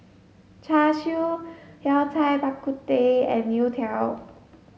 Char Siu Yao Cai Bak Kut Teh and Youtiao